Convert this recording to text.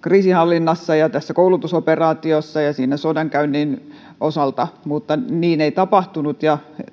kriisinhallinnassa ja koulutusoperaatiossa ja sodankäynnin osalta mutta niin ei tapahtunut